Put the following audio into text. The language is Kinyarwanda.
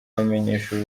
bamenyesha